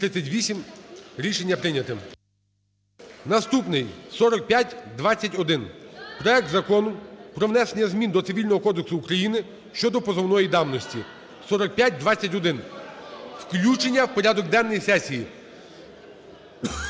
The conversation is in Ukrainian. Наступний – 4521, проект Закону про внесення змін до Цивільного кодексу України (щодо позовної давності). 4521. Включення в порядок денний сесії.